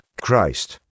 Christ